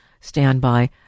standby